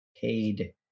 paid